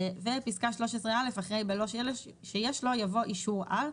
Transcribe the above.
בפסקה (13א), אחרי "בלא שיש לו" יבוא "אישור על".